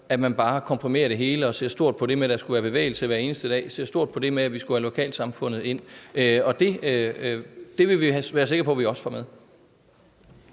at man bare komprimerer det hele og ser stort på det med, at der skulle være bevægelse hver eneste dag, og ser stort på det med, at vi skulle have lokalsamfundet ind. Det vil vi være sikre på vi også får med.